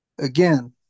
Again